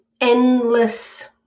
endless